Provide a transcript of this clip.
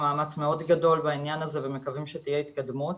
מאמץ מאוד גדול בעניין הזה ומקוים שתהיה התקדמות